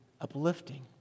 uplifting